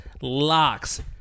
locks